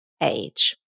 age